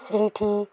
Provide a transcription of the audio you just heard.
ସେଇଠି